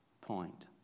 point